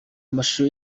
amashusho